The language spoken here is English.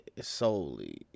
solely